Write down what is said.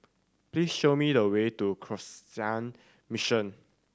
please show me the way to Canossian Mission